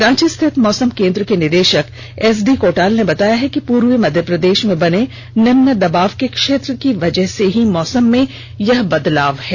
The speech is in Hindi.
रांची स्थित मौसम केंद्र के निदेशक एसडी कोटाल ने बताया कि पूर्वी मध्य प्रदेश में बने निम्न दबाव के क्षेत्र की वजह से ही मौसम में यह बदलाव देखने को मिल रहा है